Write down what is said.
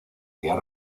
guiar